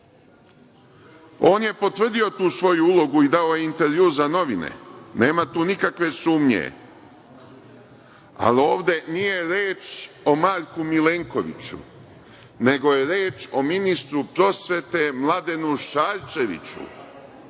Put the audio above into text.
On je potvrdio tu svoju ulogu i dao intervju za novine. Nema tu nikakve sumnje, ali ovde nije reč o Marku Milenkoviću, nego je reč o ministru prosvete Mladenu Šarčeviću,